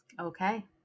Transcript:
Okay